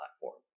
platform